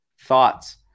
Thoughts